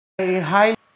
Hi